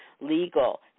legal